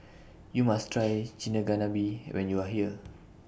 YOU must Try Chigenabe when YOU Are here